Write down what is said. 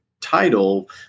title